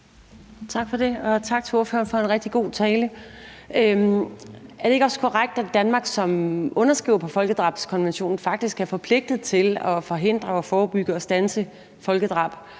Tak for det, og tak til ordføreren for en rigtig god tale. Er det ikke også korrekt, at Danmark som underskriver på folkedrabskonventionen faktisk er forpligtet til at forhindre, forebygge og standse folkedrab,